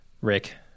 Rick